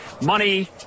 money